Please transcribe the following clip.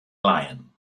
lyon